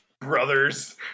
brothers